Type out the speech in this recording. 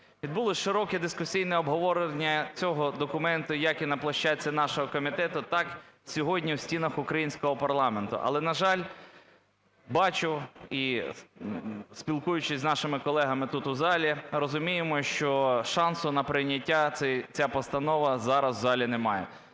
Відбулося широке дискусійне обговорення цього документу як і на площадці нашого комітету, так сьогодні в стінах українського парламенту. Але, на жаль, бачу і, спілкуючись з нашими колегами тут, у залі, розуміємо, що шансу на прийняття ця постанова зараз в залі не має.